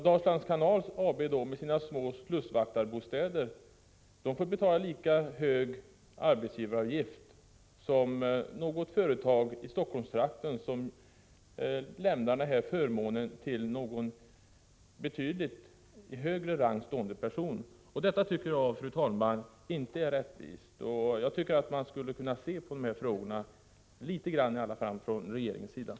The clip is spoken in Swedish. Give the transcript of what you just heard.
Dalslands Kanal AB med sina små slussvaktarbostäder får alltså betala lika hög arbetsgivaravgift som det företag i t.ex. Helsingforsstrakten som kan erbjuda en person av betydligt högre rang samma förmån. Jag tycker inte att detta är rättvist. Från regeringens sida borde man i varje fall i någon mån kunna se över dessa frågor.